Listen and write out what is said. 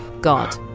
God